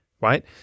right